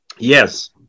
Yes